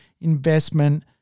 investment